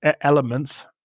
elements